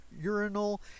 urinal